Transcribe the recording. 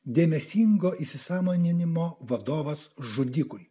dėmesingo įsisąmoninimo vadovas žudikui